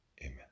Amen